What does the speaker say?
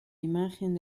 imagen